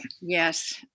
yes